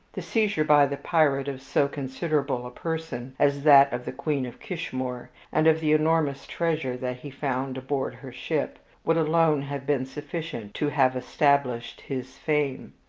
the seizure by the pirate of so considerable a person as that of the queen of kishmoor, and of the enormous treasure that he found aboard her ship, would alone have been sufficient to have established his fame.